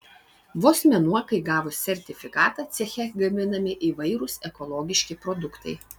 vos mėnuo kai gavus sertifikatą ceche gaminami įvairūs ekologiški produktai